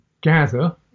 gather